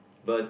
but